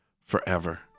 forever